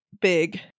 big